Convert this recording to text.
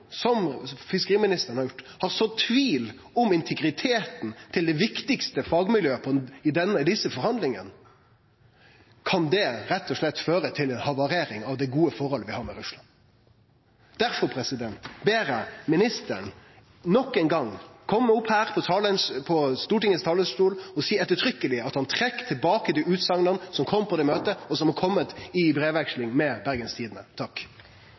viktigaste fagmiljøet i desse forhandlingane, kan det rett og slett føre til ei havarering av det gode forholdet vi har til Russland. Derfor ber eg ministeren nok ein gong kome opp på Stortingets talarstol og seie ettertrykkjeleg at han trekkjer tilbake dei utsegnene som kom på det møtet, og som har kome i brevveksling med Bergens Tidende. Jeg skal bare ta noen kjappe avklaringer. Takk